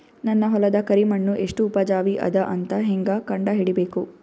ನನ್ನ ಹೊಲದ ಕರಿ ಮಣ್ಣು ಎಷ್ಟು ಉಪಜಾವಿ ಅದ ಅಂತ ಹೇಂಗ ಕಂಡ ಹಿಡಿಬೇಕು?